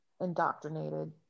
indoctrinated